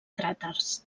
cràters